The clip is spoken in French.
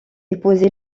épousé